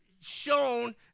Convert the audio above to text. shown